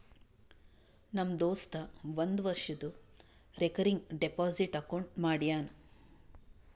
ನಮ್ ದೋಸ್ತ ಒಂದ್ ವರ್ಷದು ರೇಕರಿಂಗ್ ಡೆಪೋಸಿಟ್ ಅಕೌಂಟ್ ಮಾಡ್ಯಾನ